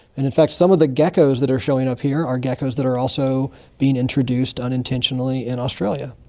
and in fact some of the geckos that are showing up here are geckos that are also being introduced unintentionally in australia.